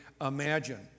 imagine